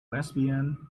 lesbian